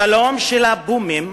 השלום של ה"בומים"